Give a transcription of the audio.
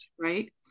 right